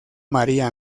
maría